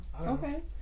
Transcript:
okay